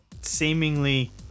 seemingly